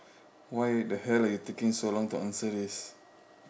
why the hell are you taking so long to answer this